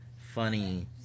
funny